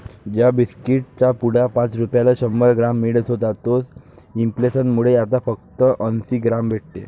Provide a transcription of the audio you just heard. ज्या बिस्कीट चा पुडा पाच रुपयाला शंभर ग्राम मिळत होता तोच इंफ्लेसन मुळे आता फक्त अंसी ग्राम भेटते